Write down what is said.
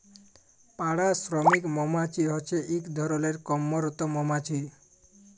পাড়া শ্রমিক মমাছি হছে ইক ধরলের কম্মরত মমাছি